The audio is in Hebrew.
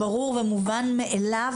ברור ומובן מאליו,